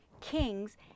kings